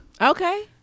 okay